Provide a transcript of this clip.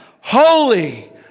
Holy